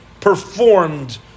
performed